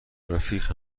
رفیق